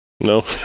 No